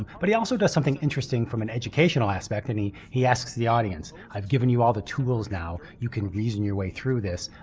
but he also does something interesting from an educational aspect and he he asks the audience i've given you all the tools now, you can reason your way through this.